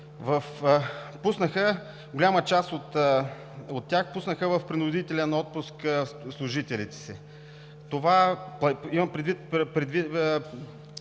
Голяма част от тях пуснаха в принудителен отпуск служителите си. Имам предвид